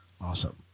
Awesome